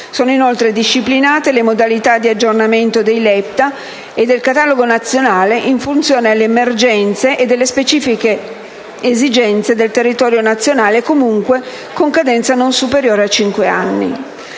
Sono inoltre disciplinate le modalità di aggiornamento dei LEPTA e del Catalogo nazionale, in funzione delle emergenze e delle esigenze specifiche del territorio nazionale, e comunque con cadenza non superiore a cinque anni.